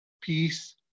peace